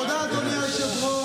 תודה, אדוני היושב-ראש.